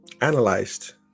analyzed